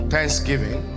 Thanksgiving